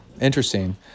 interesting